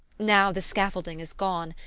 now the scaffolding is gone,